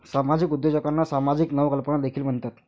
सामाजिक उद्योजकांना सामाजिक नवकल्पना देखील म्हणतात